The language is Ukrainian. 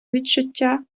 відчуття